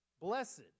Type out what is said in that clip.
Blessed